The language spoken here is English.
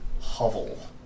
hovel